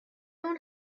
اون